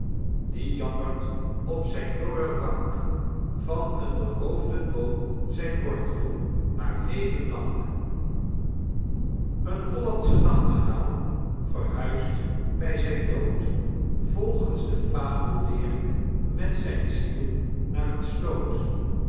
die jammert op zijn dorre ranck van een beroofden boom zijn wortel haar leven lanck een hollandsche nachtegaal verhuist by zijn dood volgens de fabelleer met zijn ziel naar een sloot